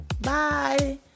Bye